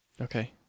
okay